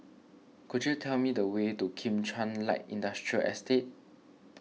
could you tell me the way to Kim Chuan Light Industrial Estate